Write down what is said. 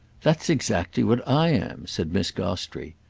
that's exactly what i am! said miss gostrey.